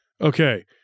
Okay